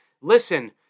listen